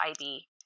IB